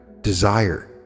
desire